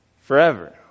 forever